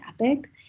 Epic